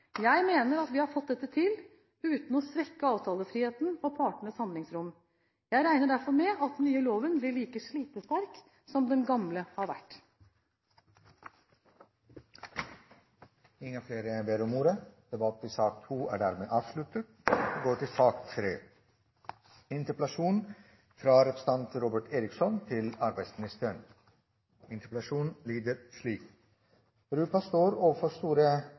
Jeg mener at vi har fått dette til uten å svekke avtalefriheten og partenes handlingsrom. Jeg regner derfor med at den nye loven blir like slitesterk som den gamle har vært. Flere har ikke bedt om ordet til sak nr. 2. Opp mot 500 millioner mennesker har nå muligheten til å oppnå rett til norske velferdsgoder. «En dags arbeid i Norge er nok. Det